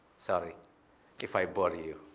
sorry if i bore you.